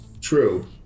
True